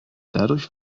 dadurch